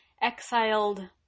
exiled